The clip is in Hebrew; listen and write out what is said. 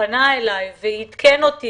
שפנה אלי ועדכן אותי,